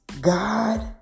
God